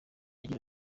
agira